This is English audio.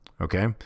okay